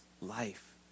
life